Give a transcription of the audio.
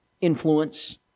influence